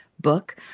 book